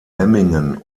memmingen